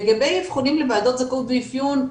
לגבי אבחונים לוועדות זכאות ואפיון,